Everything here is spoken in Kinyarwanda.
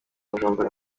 bujumbura